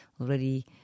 already